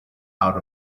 out